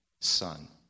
son